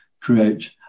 create